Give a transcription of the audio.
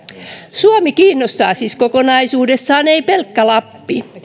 suomi kiinnostaa siis kokonaisuudessaan ei pelkkä lappi